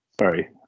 Sorry